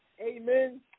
Amen